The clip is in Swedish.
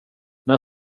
när